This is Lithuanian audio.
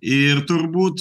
ir turbūt